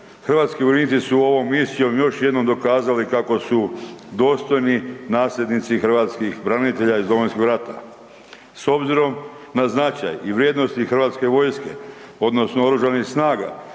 Hrvatski vojnici su ovom misijom još jednom dokazali kako su dostojni nasljednici hrvatskih branitelja iz Domovinskog rata. S obzirom na značaj i vrijednost hrvatske vojske odnosno Oružanih snaga,